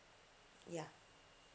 ya